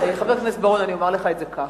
חבר הכנסת בר-און, אני אומר לך את זה כך: